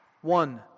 one